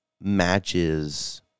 matches